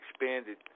expanded